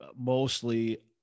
mostly